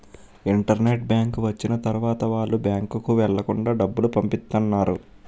internet bank వచ్చిన తర్వాత వాళ్ళు బ్యాంకుకు వెళ్లకుండా డబ్బులు పంపిత్తన్నారు